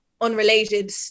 unrelated